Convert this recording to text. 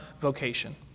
vocation